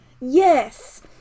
yes